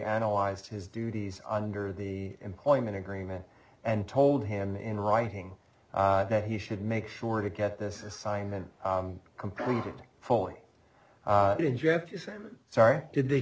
analyzed his duties under the employment agreement and told him in writing that he should make sure to get this assignment completed fully sorry did